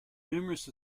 numerous